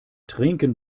trinken